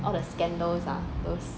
all the scandals ah those